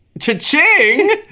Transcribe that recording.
Cha-ching